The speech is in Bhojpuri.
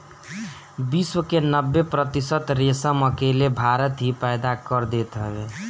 विश्व के नब्बे प्रतिशत रेशम अकेले भारत ही पैदा कर देत हवे